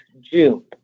June